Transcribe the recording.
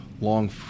long